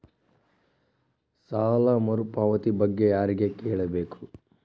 ಸಾಲ ಮರುಪಾವತಿ ಬಗ್ಗೆ ಯಾರಿಗೆ ಕೇಳಬೇಕು?